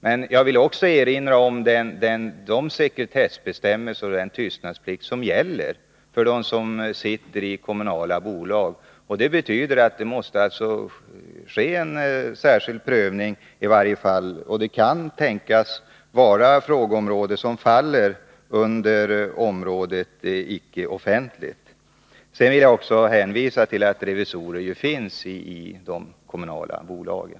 Men jag vill också erinra om de sekretessbestämmelser och den tystnadsplikt som gäller för dem som sitter i kommunala bolag. Det betyder att det måste ske en särskild prövning i varje enskilt fall, och det kan tänkas att något frågeområde faller inom området icke offentligt. Sedan vill jag också hänvisa till att det ju finns revisorer i de kommunala bolagen.